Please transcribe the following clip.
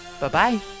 Bye-bye